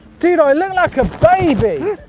dido, i look like a baby.